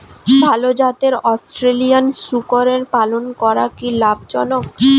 ভাল জাতের অস্ট্রেলিয়ান শূকরের পালন করা কী লাভ জনক?